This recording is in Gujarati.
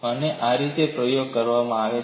અને આ રીતે પ્રયોગ પણ કરવામાં આવે છે